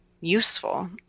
useful